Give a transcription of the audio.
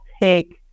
take